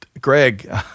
Greg